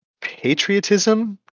patriotism